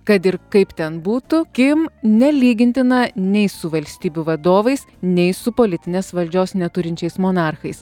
kad ir kaip ten būtų kim nelygintina nei su valstybių vadovais nei su politinės valdžios neturinčiais monarchais